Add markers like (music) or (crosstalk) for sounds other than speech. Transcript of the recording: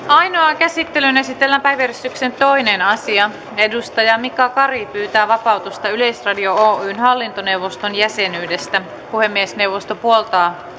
(unintelligible) ainoaan käsittelyyn esitellään päiväjärjestyksen toinen asia mika kari pyytää vapautusta yleisradio oyn hallintoneuvoston jäsenyydestä puhemiesneuvosto puoltaa